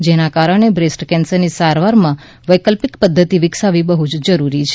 જેના કારણે બ્રેસ્ટ કેન્સરની સારવારમાં વૈકલ્પિક પદ્ધતિ વિકસાવી બહ્ જ જરૂરી છે